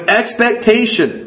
expectation